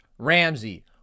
ramsey